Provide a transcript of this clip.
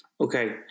Okay